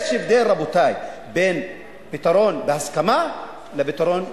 יש הבדל, רבותי, בין פתרון בהסכמה לפתרון בכפייה.